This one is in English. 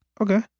Okay